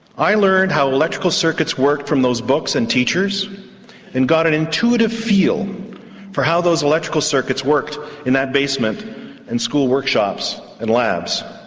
i learned how electrical circuits worked from those books and teachers and got an intuitive feel for how those electrical circuits worked in that basement and school workshops and labs.